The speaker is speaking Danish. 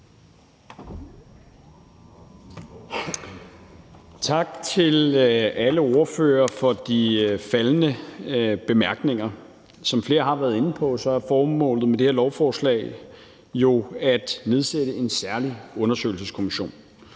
Tak til alle ordførere for de faldne bemærkninger. Som flere har været inde på, er formålet med det her lovforslag jo at nedsætte en særlig undersøgelseskommission.